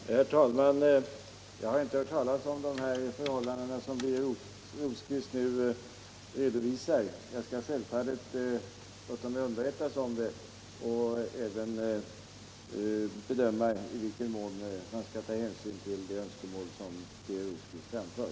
Herr talman! Jag har inte hört talas om de förhållanden som Birger Rosqvist nyss redovisade. Jag skall självfallet låta mig underrättas om dem och även bedöma i vilken mån man skall ta ställning till de önskemål som Birger Rosqvist framför.